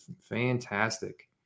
Fantastic